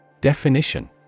Definition